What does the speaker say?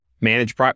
manage